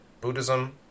Buddhism